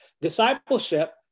Discipleship